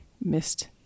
missed